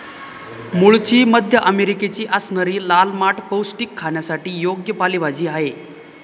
मूळची मध्य अमेरिकेची असणारी लाल माठ पौष्टिक, खाण्यासाठी योग्य पालेभाजी आहे